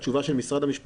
זו דרישה של החוק.